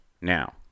now